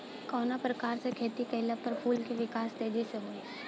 कवना प्रकार से खेती कइला पर फूल के विकास तेजी से होयी?